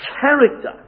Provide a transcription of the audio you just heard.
character